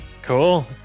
cool